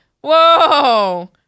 Whoa